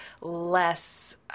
less